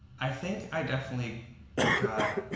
i think i definitely got